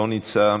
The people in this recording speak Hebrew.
לא נמצא,